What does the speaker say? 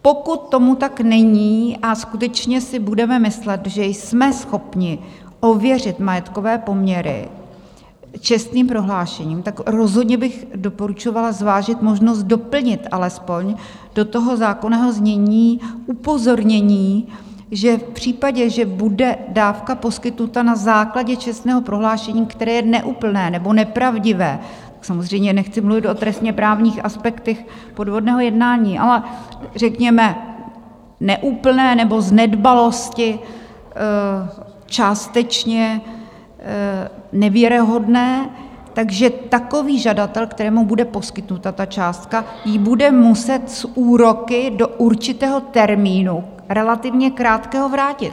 Pokud tomu tak není, a skutečně si budeme myslet, že jsme schopni ověřit majetkové poměry čestným prohlášením, tak rozhodně bych doporučovala zvážit možnost doplnit alespoň do toho zákonného znění upozornění, že v případě, že bude dávka poskytnuta na základě čestného prohlášení, které je neúplné nebo nepravdivé samozřejmě nechci mluvit o trestněprávních aspektech podvodného jednání, ale řekněme neúplné nebo z nedbalosti částečně nevěrohodné tak že takový žadatel, kterému bude poskytnuta ta částka, ji bude muset s úroky do určitého termínu, relativně krátkého, vrátit.